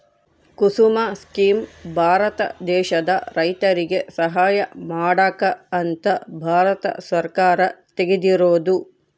ಕುಸುಮ scheme Bharat ದೇಶದ ರೈತರಿಗೆ ಸಹಾಯ ಮಾಡಕ ಅಂತ ಭಾರತ ಸರ್ಕಾರ ತೆಗ್ದಿರೊದು